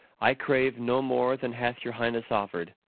i crave no more than hath your highness offer'd,